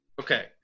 Okay